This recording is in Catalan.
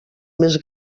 més